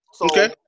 Okay